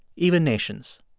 even nations